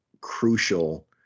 crucial